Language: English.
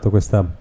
questa